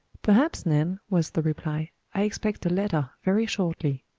perhaps, nan, was the reply. i expect a letter very shortly.